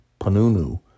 Panunu